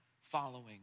following